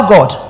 God